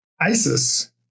ISIS